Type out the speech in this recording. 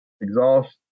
exhaust